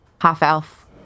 half-elf